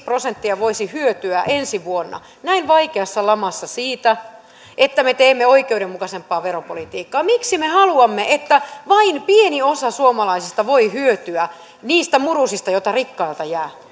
prosenttia voisi hyötyä ensi vuonna näin vaikeassa lamassa siitä että me teemme oikeudenmukaisempaa veropolitiikkaa miksi me haluamme että vain pieni osa suomalaisista voi hyötyä niistä murusista joita rikkailta jää